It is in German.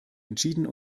entschieden